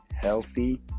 healthy